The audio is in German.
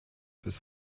bis